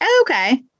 Okay